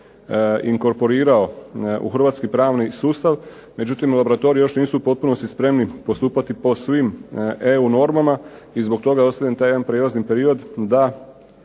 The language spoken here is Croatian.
inkorporirao u hrvatski pravni sustav, međutim u laboratoriju još nisu u potpunosti spremni postupati po svim EU normama, i zbog toga je ostavljen taj jedan prijelazni period da